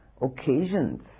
occasions